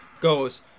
goes